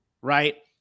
Right